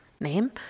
name